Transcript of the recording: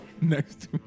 next